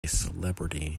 celebrity